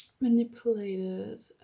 manipulated